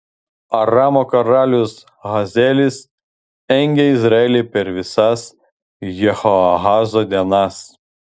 aramo karalius hazaelis engė izraelį per visas jehoahazo dienas